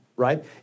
Right